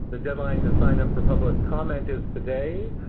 the deadline to sign up for public comment is today.